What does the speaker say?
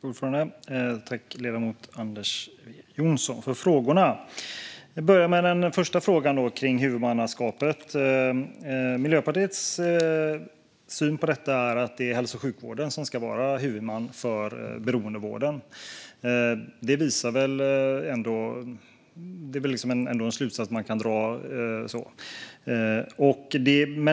Fru talman! Tack, ledamoten Anders W Jonsson, för frågorna! Jag börjar med den första frågan om huvudmannaskapet. Miljöpartiets syn på detta är att det är hälso och sjukvården som ska vara huvudman för beroendevården. Det är väl ändå en slutsats man kan dra.